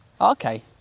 Okay